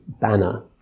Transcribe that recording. banner